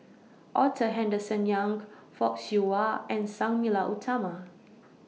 Arthur Henderson Young Fock Siew Wah and Sang Nila Utama